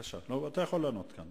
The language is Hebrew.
אתה יכול לענות מכאן.